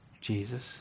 Jesus